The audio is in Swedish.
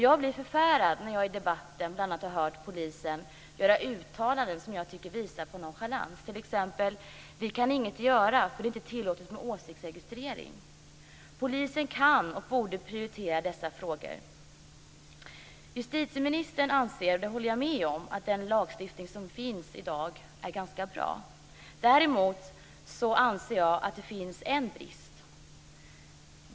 Jag blir förfärad när jag i debatten bl.a. har hört polisen göra uttalanden som visar på nonchalans, t.ex. att "vi kan inget göra för det är inte tillåtet med åsiktsregistrering". Polisen kan och borde prioritera dessa frågor. Justitieministern anser - och jag håller med om det - att den lagstiftning som finns i dag är ganska bra. Däremot anser jag att det finns en brist.